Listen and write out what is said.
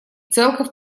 целков